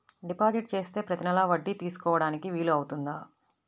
Deposit చేస్తే ప్రతి నెల వడ్డీ తీసుకోవడానికి వీలు అవుతుందా?